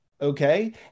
okay